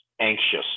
anxious